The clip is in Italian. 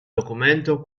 documento